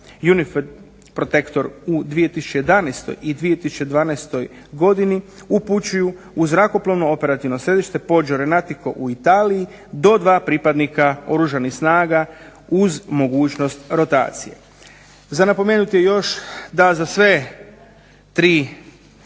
ne razumije./... u 2011. i 2012. godini upućuju u zrakoplovno operativno središte .../Govornik se ne razumije./... u Italiji do dva pripadnika Oružanih snaga uz mogućnost rotacije. Za napomenuti je još da za sve tri